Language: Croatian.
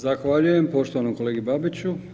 Zahvaljujem poštovanom kolegi Babiću.